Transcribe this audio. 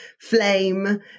flame